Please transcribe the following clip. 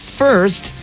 first